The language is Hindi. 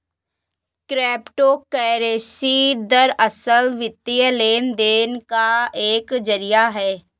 क्रिप्टो करेंसी दरअसल, वित्तीय लेन देन का एक जरिया है